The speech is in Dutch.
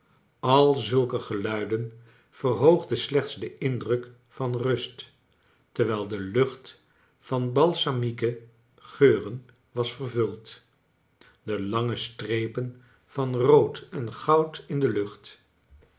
al zulke geluiden verhoogden slechts den indruk van rust terwijl de lucht van balsamieke geuren was vervuld de lange strepen van rood en goud in de lucht